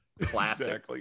Classic